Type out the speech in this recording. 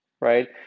right